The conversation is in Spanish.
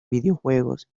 videojuegos